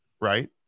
right